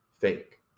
fake